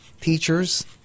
teachers